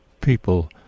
people